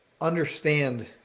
understand